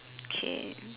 okay